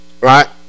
right